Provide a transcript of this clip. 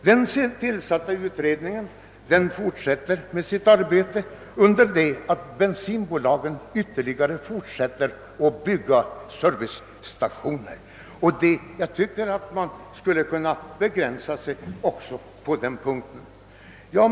Den tillsatta utredningen fortsätter som sagt sitt arbete under det att bensinbolagen fortsätter att bygga servicestationer. Jag anser att även den byggnadsverksamheten bör kunna begrän Sas.